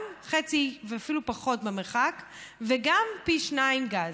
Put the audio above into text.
גם חצי ואפילו פחות במרחק וגם פי שניים גז,